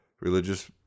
religious